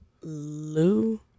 Lou